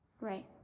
Right